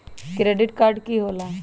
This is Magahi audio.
क्रेडिट कार्ड की होला?